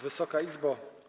Wysoka Izbo!